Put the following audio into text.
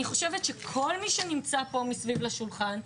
אני חושבת שכל מי שנמצא פה מסביב לשולחן,